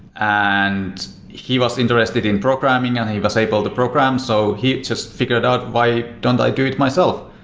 and he was interested in programming and he was able to program. so he just figured out why don't i do it myself?